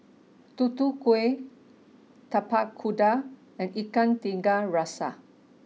Tutu Kueh Tapak Kuda and Ikan Tiga Rasa